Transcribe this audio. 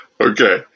Okay